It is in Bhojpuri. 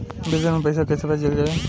विदेश में पईसा कैसे भेजल जाई?